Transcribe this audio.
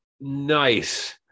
Nice